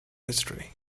history